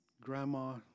grandma